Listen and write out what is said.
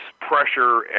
pressure